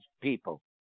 people